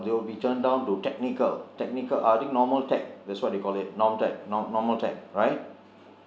they will be churned down to technical technical ah I think normal tech that is what they call it normal tech norm~ normal tech right